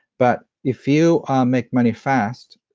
but if you ah make money fast,